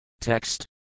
Text